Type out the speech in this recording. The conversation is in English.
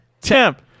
temp